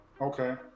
okay